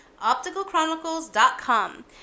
OpticalChronicles.com